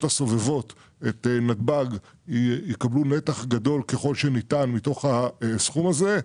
הסובבות את נתב"ג יקבלו נתח גדול ככל שניתן מתוך הסכום הזה.